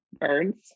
birds